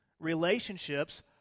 Relationships